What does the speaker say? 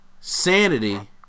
Sanity